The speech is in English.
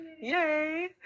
yay